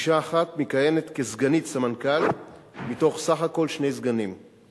אשה אחת מכהנת כסגנית סמנכ"ל מתוך שני סגנים בסך הכול.